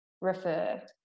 refer